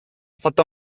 fatto